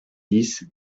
dix